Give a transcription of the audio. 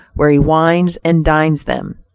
where he wines and dines them.